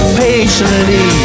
patiently